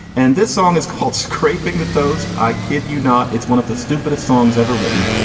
and this song is called scraping the toast. i kid you not. it's one of the stupidest songs ever written.